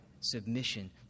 submission